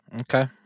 Okay